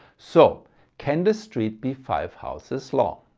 so can the street be five houses long?